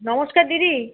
নমস্কার দিদি